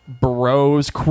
Bro's